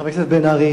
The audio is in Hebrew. חבר הכנסת בן-ארי,